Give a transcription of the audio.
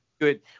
good